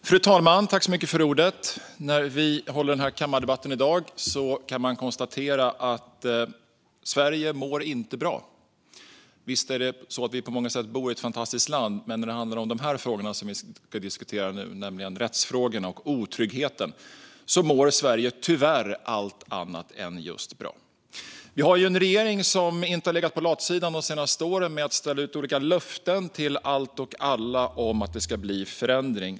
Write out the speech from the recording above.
Fru talman! När vi har den här kammardebatten i dag kan vi konstatera att Sverige inte mår bra. Visst bor vi i ett land som på många sätt är fantastiskt, men när det handlar om de frågor som vi ska diskutera nu, nämligen rättsfrågorna och otryggheten, mår Sverige tyvärr allt annat än just bra. Vi har en regering som inte har legat på latsidan de senaste åren med att ställa ut olika löften till allt och alla om att det ska bli förändring.